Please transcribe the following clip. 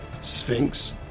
sphinx